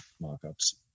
mock-ups